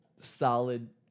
solid